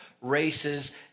races